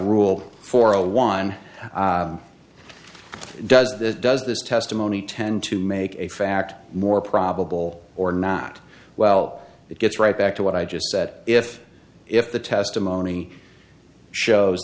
rule for a one does that does this testimony tend to make a fact more probable or not well it gets right back to what i just said if if the testimony shows